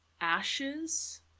ashes